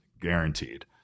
guaranteed